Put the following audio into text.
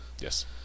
Yes